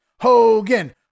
Hogan